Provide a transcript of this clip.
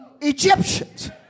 Egyptians